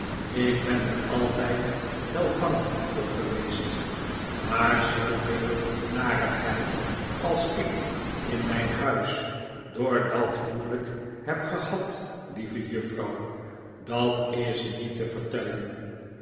ik ben er altijd wel bang voor geweest maar zooveel narigheid als ik in mijn huis door dat huwelijk heb gehad lieve juffrouw dat is niet te vertellen